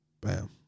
Bam